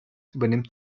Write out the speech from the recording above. übernimmt